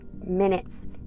minutes